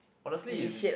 honestly is